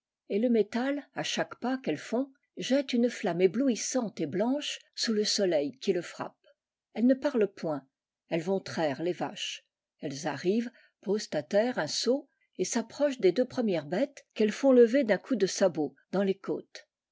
et le métal à chaque pas qu'elles font jette une flamme éblouissante et blanche sous le soleil qui le frappe elles ne parlent point elles vont traire les vaches elles arrivent posent à terre un seau et s'approchent des cleux premières bêtes qu'elles font lever d'un coup de sabot dans les côtes